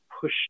push